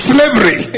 Slavery